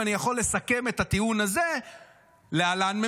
אם אני יכול לסכם את הטיעון הזה: להלן,